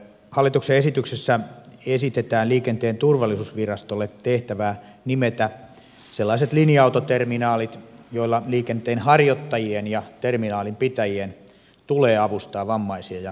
hallituksen esityksessä esitetään liikenteen turvallisuusvirastolle tehtävää nimetä sellaiset linja autoterminaalit joilla liikenteenharjoittajien ja terminaalin pitäjien tulee avustaa vammaisia ja liikuntarajoitteisia